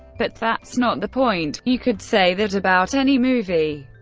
but that's not the point you could say that about any movie.